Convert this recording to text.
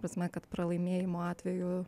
ta prasme kad pralaimėjimo atveju